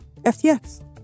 FTX